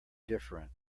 different